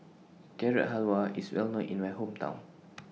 Carrot Halwa IS Well known in My Hometown